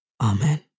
Amen